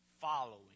following